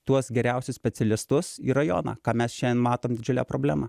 tuos geriausius specialistus į rajoną ką mes šiandien matom didžiulę problemą